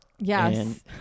Yes